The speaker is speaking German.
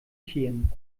tieren